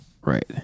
Right